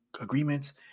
agreements